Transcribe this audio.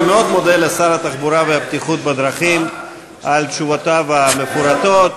אני מאוד מודה לשר התחבורה והבטיחות בדרכים על תשובותיו המפורטות.